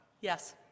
yes